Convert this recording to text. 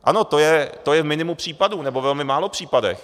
Ano, to je v minimu případů, nebo ve velmi málo případech.